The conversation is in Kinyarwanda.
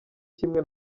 kimwe